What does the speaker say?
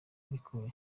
ariko